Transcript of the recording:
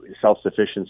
self-sufficiency